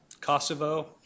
Kosovo